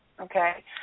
Okay